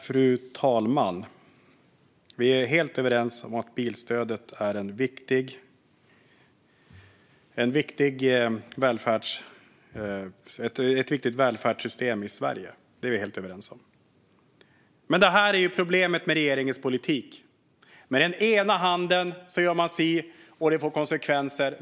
Fru talman! Vi är helt överens om att bilstödet är en viktig del i välfärdssystemet i Sverige. Det är vi helt överens om. Men det här är ju problemet med regeringens politik: Den ena handen vet inte vad den andra gör, och det får konsekvenser.